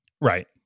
Right